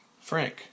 Frank